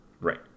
Right